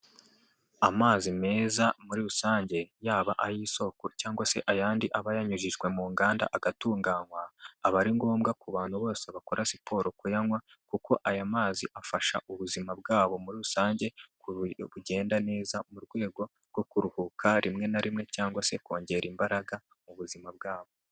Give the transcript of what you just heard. Amazi meza muri rusange yaba ay'isoko cyangwa se ayandi aba yanyujijwe mu nganda agatunganywa, aba ari ngombwa ku bantu bose bakora siporo kuyanywa, kuko aya mazi afasha ubuzima bwabo muri rusange ku buryo bugenda neza, mu rwego rwo kuruhuka rimwe na rimwe cyangwa se kongera imbaraga mu buzima bwabo.